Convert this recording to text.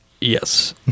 Yes